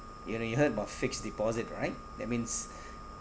you know you heard about fixed deposit right that means